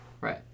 Right